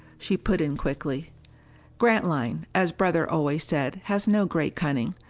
she put in quickly grantline, as brother always said, has no great cunning.